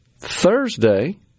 Thursday